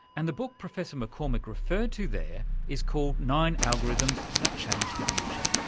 and the book professor maccormick referred to there is called nine algorithms that changed the future.